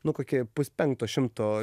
nu kokie puspenkto šimto